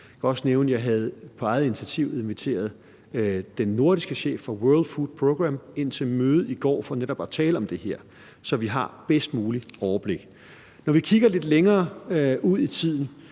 Jeg vil også nævne, at jeg på eget initiativ havde inviteret den nordiske chef for World Food Programme ind til et møde i går for netop at tale om det her, så vi har det bedst mulige overblik. Når vi kigger lidt længere ud i tiden,